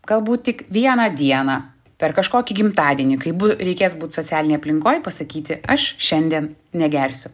galbūt tik vieną dieną per kažkokį gimtadienį kai reikės būt socialinėj aplinkoj pasakyti aš šiandien negersiu